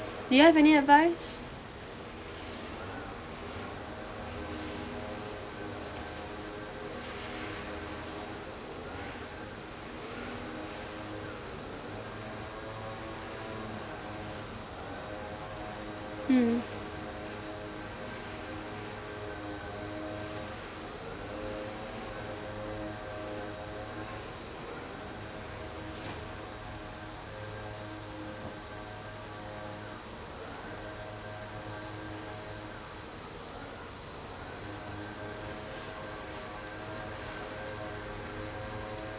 do you have any advice mm